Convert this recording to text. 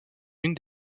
une